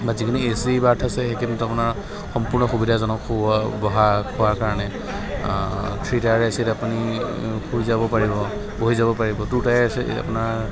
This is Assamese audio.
বা যিখিনি এ চি বাৰ্থ আছে সেইখিনিত আপোনাৰ সম্পূৰ্ণ সুবিধাজনক শোৱা বহা খোৱাৰ কাৰণে থ্ৰী টায়াৰ এ চি ত আপুনি শুই যাব পাৰিব বহি যাব পাৰিব টু টায়াৰছ আপোনাৰ